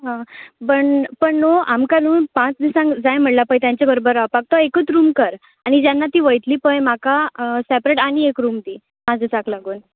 हां पण पण न्हू आमकां न्हू पांच दिसांक जाय म्हणलां पळय तेंचे बरोबर रावपाक तो एकूच रूम कर जेन्ना ती वयतली पळय म्हाका सॅपरेट आनी एक रूम दी पाचं दिसाक लागून